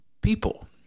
people